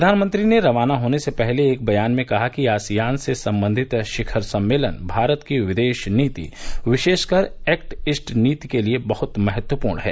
प्रधानमंत्री ने रवाना होने से पहले एक बयान में कहा कि आसियान से संबंधित शिखर सम्मेलन भारत की विदेश नीति विशेष कर एक्ट ईस्ट नीति के लिए बहुत महत्वपूर्ण है